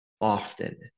often